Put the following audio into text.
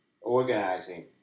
organizing